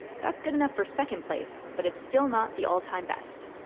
that's good enough for second place, but it's still not the all-time best.